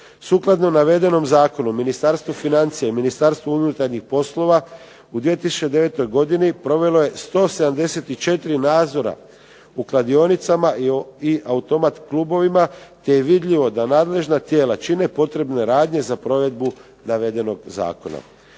Sukladno navedenom zakonu Ministarstvo financija i Ministarstvo unutarnjih poslova u 2009. godini provelo je 174 nadzora u kladionicama i automat klubovima, te je vidljivo da nadležna tijela čine potrebne radnje za provedbu navedenog zakona.